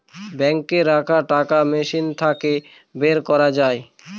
বাঙ্কে রাখা টাকা মেশিন থাকে বের করা যায়